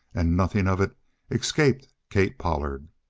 and nothing of it escaped kate pollard.